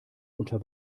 unter